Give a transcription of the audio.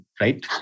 right